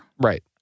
Right